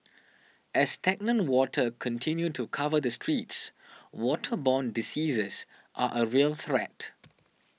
as stagnant water continue to cover the streets waterborne diseases are a real threat